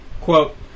Quote